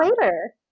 later